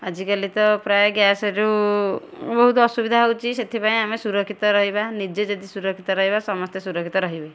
ଆଜିକାଲି ତ ପ୍ରାୟ ଗ୍ୟାସ୍ରୁ ବହୁତ ଅସୁବିଧା ହେଉଛି ସେଥିପାଇଁ ଆମେ ସୁରକ୍ଷିତ ରହିବା ନିଜେ ଯଦି ସୁରକ୍ଷିତ ରହିବା ସମସ୍ତେ ସୁରକ୍ଷିତ ରହିବେ